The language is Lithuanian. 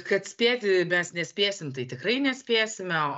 kad spėti mes nespėsim tai tikrai nespėsime o